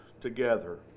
together